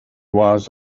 was